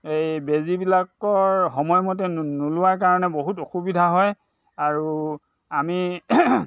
এই বেজিবিলাক সময়মতে নোলোৱাৰ কাৰণে বহুত অসুবিধা হয় আৰু আমি